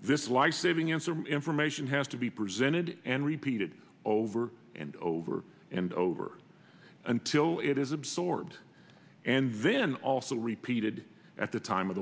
this lifesaving answer information has to be presented and repeated over and over and over until it is absorbed and then also repeated at the time of the